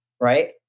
right